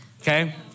okay